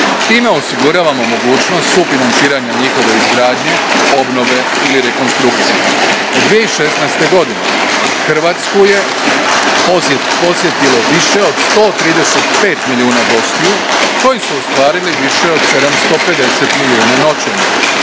Time osiguravamo mogućnost sufinanciranja njihove izgradnje, obnove ili rekonstrukcije. Od 2016. godine Hrvatsku je posjetilo više od 135 milijuna gostiju, koji su ostvarili više od 750 milijuna noćenja.